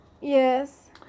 Yes